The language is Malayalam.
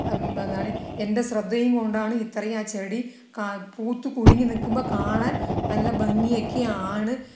അതാണ് എൻ്റെ ശ്രദ്ധയും കൊണ്ടാണ് ഇത്രയും ആ ചെടി പൂത്ത് കൊഴിഞ്ഞ് നിൽക്കുമ്പോൾ കാണാൻ നല്ല ഭംഗി ഒക്കെയാണ്